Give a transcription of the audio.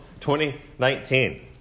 2019